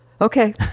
Okay